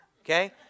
okay